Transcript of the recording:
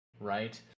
Right